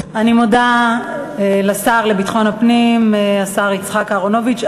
אני מודה לשר לביטחון הפנים, השר יצחק אהרונוביץ.